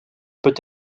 peut